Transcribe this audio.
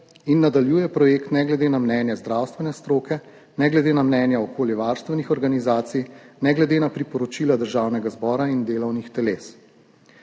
in nadaljuje projekt ne glede na mnenje zdravstvene stroke, ne glede na mnenja okoljevarstvenih organizacij, ne glede na priporočila Državnega zbora in delovnih teles.